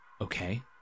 Okay